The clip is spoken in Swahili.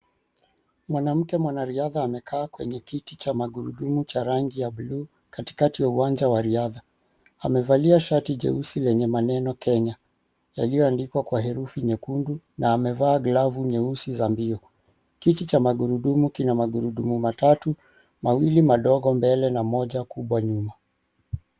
Mwanamke mwanariadha amekaa kwenye kiti cha magurudumu cha rangi ya blue katikati ya uwanja wa riadha. Amevalia shati jeusi lenye maneno Kenya yaliyoandikwa kwa herufi nyekundi na amevaa glavu nyeusi za mbio. Kiti cha magurudumu kina magurudumu matatu mawili madogo mbele, na moja kubwa nyuma.